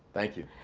thank you.